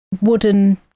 wooden